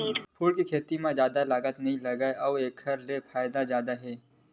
फूल के खेती म जादा लागत नइ लागय अउ एखर ले फायदा जादा हे